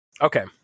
Okay